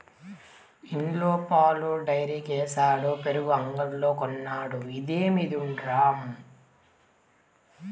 ఇండ్ల పాలు డైరీకేసుడు పెరుగు అంగడ్లో కొనుడు, ఇదేమి ఇడ్డూరం